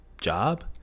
job